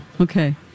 Okay